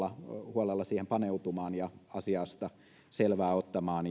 huolella paneutumaan ja asiasta selvää ottamaan